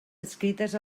adscrites